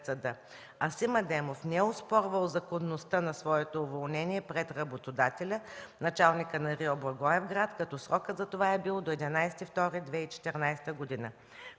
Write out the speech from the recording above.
Асим Адемов не е оспорвал законността на своето уволнение пред работодателя – началника на РИО – Благоевград, като срокът за това е бил до 11 февруари